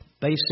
basic